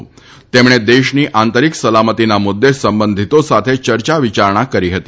તુપ્તણ દેશની આંતરિક સલામતીના મુદ્દ સંબંધિતો સાથ ચર્ચા વિચારણા કરી હતી